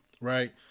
right